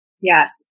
Yes